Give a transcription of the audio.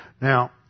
Now